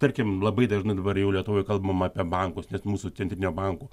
tarkim labai dažnai dabar jau lietuvoj kalbama apie bankus nes mūsų centrinio banko